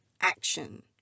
action